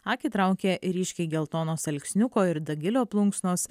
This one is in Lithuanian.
akį traukia ir ryškiai geltonos alksniuko ir dagilio plunksnos